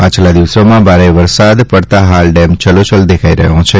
પાછલા દિવસોમાં ભારે વરસાદ પડતા હાલ ડેમ છલોછલ દેખાઈ રહ્યો છે